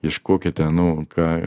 ieškokite nu ką